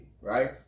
right